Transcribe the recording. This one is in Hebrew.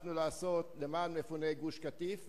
הצלחנו לעשות למען מפוני גוש-קטיף,